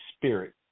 spirit